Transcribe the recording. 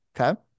Okay